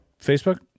Facebook